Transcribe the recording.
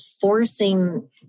forcing